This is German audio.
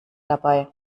dabei